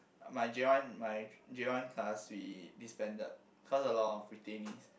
my J one my J one class we disbanded cause a lot of retainees